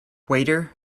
waiter